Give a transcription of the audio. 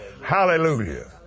Hallelujah